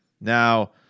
Now